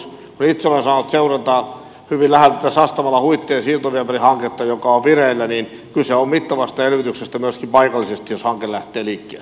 kun itse olen saanut seurata hyvin läheltä tätä sastamalahuittinen siirtoviemärihanketta joka on vireillä niin kyse on mittavasta elvytyksestä myöskin paikallisesti jos hanke lähtee liikkeelle